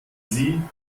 sie